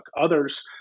Others